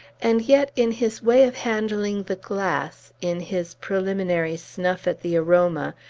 and yet, in his way of handling the glass, in his preliminary snuff at the aroma,